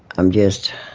i'm just